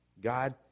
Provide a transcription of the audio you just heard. God